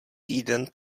týden